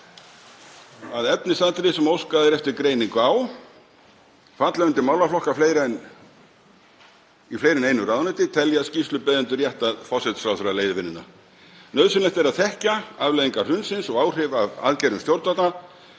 að efnisatriði sem óskað er eftir greiningu á falla undir málaflokka í fleiri en einu ráðuneyti, telja skýrslubeiðendur rétt að forsætisráðherra leiði vinnuna. Nauðsynlegt er að þekkja afleiðingar hrunsins og áhrif af aðgerðum stjórnvalda